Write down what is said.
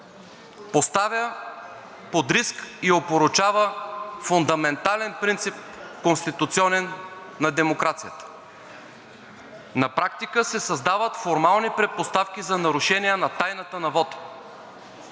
поставя под риск и опорочава фундаментален принцип, конституционен на демокрацията. На практика се създават формални предпоставки за нарушение на тайната на вота.